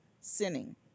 sinning